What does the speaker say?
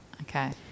Okay